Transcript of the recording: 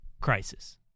crisis